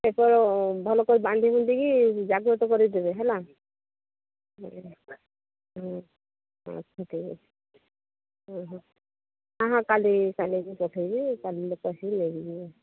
paper ଭଲ କରି ବାନ୍ଧି ବୁନ୍ଧିକି ଜାଗ୍ରତ କରାଇ ଦେବେ ହେଲା ହଁ ହଁ କାଲି କାଲିକି ପଠାଇବି କାଲି ଲୋକ ଆସିକି ନେଇଯିବେ